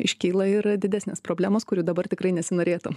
iškyla ir didesnės problemos kurių dabar tikrai nesinorėtų